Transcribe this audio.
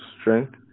strength